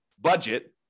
budget